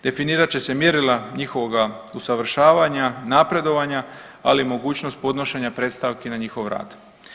Definirat će se mjerila njihovoga usavršavanja, napredovanja, ali i mogućnost podnošenja predstavki na njihov rad.